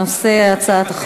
זה חוזר אליה לפי